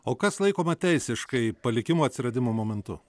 o kas laikoma teisiškai palikimo atsiradimo momentu